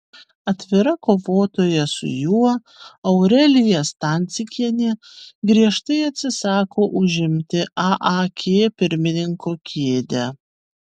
atvira kovotoja su juo aurelija stancikienė griežtai atsisako užimti aak pirmininko kėdę